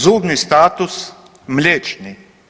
Zubni status mliječni.